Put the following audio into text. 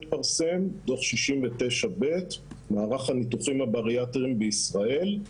דוח 69ב: מערך הניתוחים הבריאטריים בישראל.